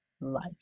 life